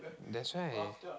that's why